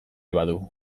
badu